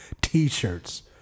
t-shirts